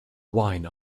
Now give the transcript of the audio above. wine